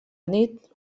nit